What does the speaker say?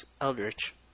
Eldritch